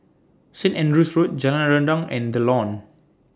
Saint Andrew's Road Jalan Rendang and The Lawn